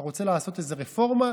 אתה רוצה לעשות איזו רפורמה?